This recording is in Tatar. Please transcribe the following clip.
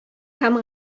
һәм